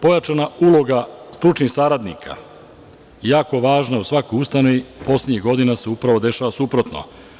Pojačana uloga stručnih saradnika je jako važna u svakom ustanovi, poslednjih godina se dešava upravo suprotno.